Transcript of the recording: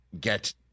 get